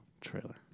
trailer